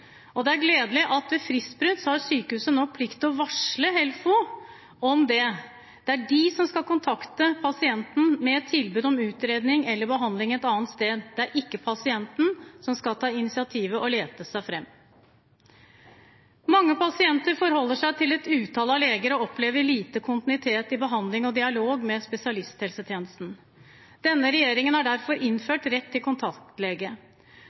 rettigheter. Det er gledelig at ved fristbrudd har sykehuset nå plikt til å varsle HELFO om det. Det er de som skal kontakte pasienten, med et tilbud om utredning eller behandling et annet sted. Det er ikke pasienten som skal ta initiativet og lete seg fram. Mange pasienter forholder seg til et utall av leger og opplever lite kontinuitet i behandling og dialog med spesialisthelsetjenesten. Denne regjeringen har derfor innført rett til kontaktlege.